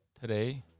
today